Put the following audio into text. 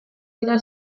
dira